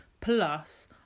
Plus